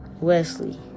Wesley